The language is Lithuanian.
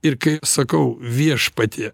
ir kai aš sakau viešpatie